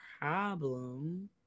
problem